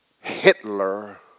Hitler